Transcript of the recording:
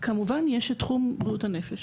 כמובן יש את תחום בריאות הנפש.